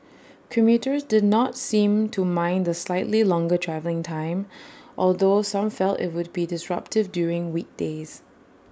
commuters did not seem to mind the slightly longer travelling time although some felt IT would be disruptive during weekdays